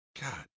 God